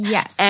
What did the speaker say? Yes